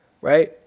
Right